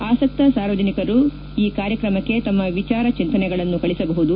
ಆಸಕ್ತ ಸಾರ್ವಜನಿಕರು ಕೂಡ ಈ ಕಾರ್ಯಕ್ರಮಕ್ಕೆ ತಮ್ನ ವಿಚಾರ ಚಿಂತನೆಗಳನ್ನು ಕಳಿಸಬಹುದು